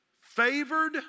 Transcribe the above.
favored